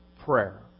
prayer